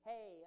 Hey